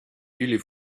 jullie